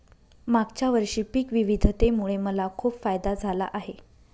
मागच्या वर्षी पिक विविधतेमुळे मला खूप फायदा झाला आहे